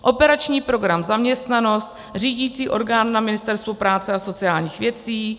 Operační program Zaměstnanost, řídicí orgán na Ministerstvu práce a sociálních věcí;